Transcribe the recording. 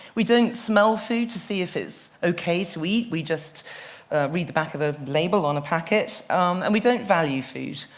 we don't smell food to see if it's okay to eat. we just read the back of a label on a packet. and we don't value food.